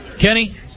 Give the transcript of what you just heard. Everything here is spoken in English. Kenny